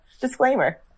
disclaimer